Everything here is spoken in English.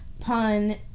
pun